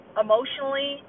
emotionally